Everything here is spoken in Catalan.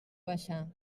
baixar